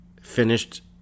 finished